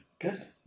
Good